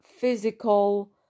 physical